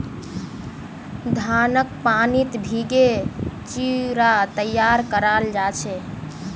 धानक पानीत भिगे चिवड़ा तैयार कराल जा छे